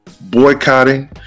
boycotting